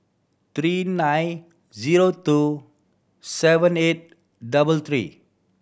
three nine zero two seven eight double three